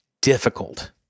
difficult